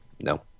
No